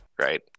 right